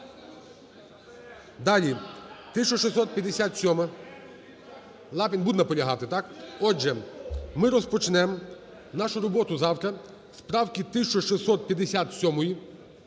Далі, 1657-а. Лапін буде наполягати, так? Отже, ми розпочнемо нашу роботу завтра з правки 1657-ї.